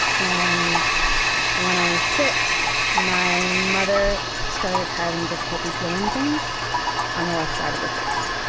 and when i was six my mother started having difficulty feeling things on the left side of her face.